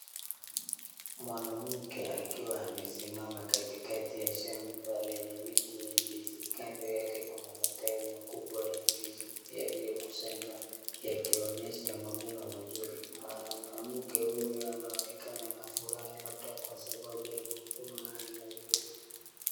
Mwanamke akiwa amesimama katikati ya shamba lenye miti ya ndizi. Kando yake kuna matawi makubwa ya ndizi yaliyokusanywa yakionyesha mavuno mazuri. Mwanamke huyu anaonekana na furaha labda kwa sababu ya mavuno haya mazuri.